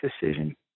decision